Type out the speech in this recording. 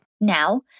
Now